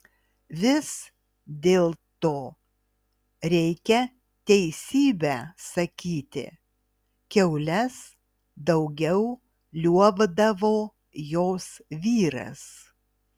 vis dėlto reikia teisybę sakyti kiaules daugiau liuobdavo jos vyras